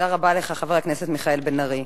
תודה רבה לך, חבר הכנסת מיכאל בן-ארי.